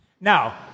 Now